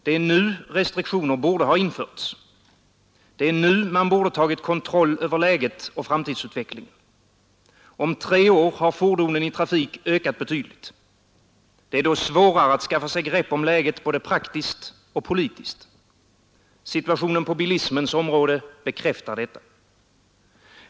Det är nu restriktioner borde ha införts. Det är nu man borde ha tagit kontroll över läget och framtidsutvecklingen. Om tre år har fordonen i trafik ökat betydligt. Det är då svårare att skaffa sig grepp om läget både praktiskt och politiskt. Situationen på bilismens område bekräftar detta.